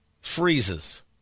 freezes